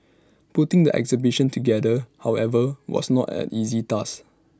putting the exhibition together however was not an easy task